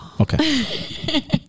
Okay